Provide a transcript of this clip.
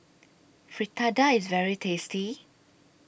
Fritada IS very tasty